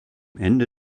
ende